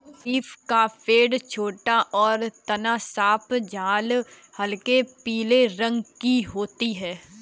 शरीफ़ा का पेड़ छोटा और तना साफ छाल हल्के नीले रंग की होती है